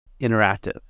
interactive